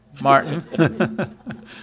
Martin